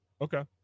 okay